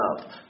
up